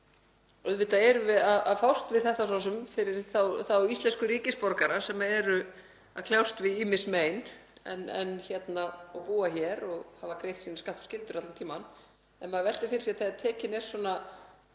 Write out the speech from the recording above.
Auðvitað erum við að fást við þetta fyrir þá íslensku ríkisborgara sem eru að kljást við ýmis mein og búa hér og hafa greitt sína skatta og skyldur allan tímann. En maður veltir fyrir sér, þegar tekin er